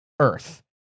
Earth